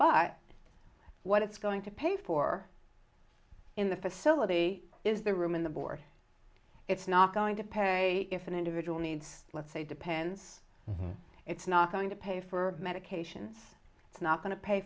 but what it's going to pay for in the facility is the room in the board it's not going to pay if an individual needs let's say depends it's not going to pay for medications it's not going to pay